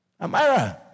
Amira